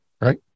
Right